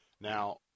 Now